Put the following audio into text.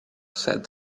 said